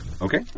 Okay